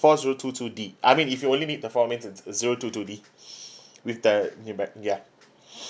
four zero two two D ah I mean if you only need the four I mean it's zero two two D with the you know back ya